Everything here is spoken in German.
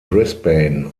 brisbane